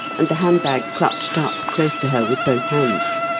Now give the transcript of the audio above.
and, the hand-bag clutched up close to her with both hands.